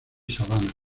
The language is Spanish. sabanas